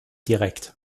direkt